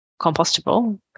compostable